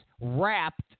wrapped